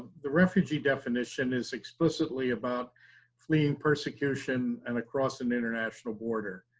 the refugee definition is explicitly about fleeing persecution and across an international border.